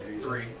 Three